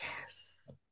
Yes